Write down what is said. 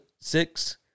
six